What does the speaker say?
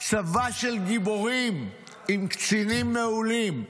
צבא של גיבורים, עם קצינים מעולים.